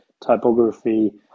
typography